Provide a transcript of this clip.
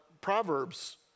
Proverbs